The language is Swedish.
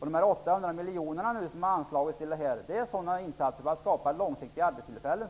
De 800 miljonerna som har anslagits skall användas till insatser för att skapa långsiktiga arbetstillfällen.